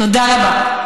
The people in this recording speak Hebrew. תודה רבה.